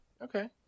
Okay